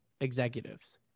executives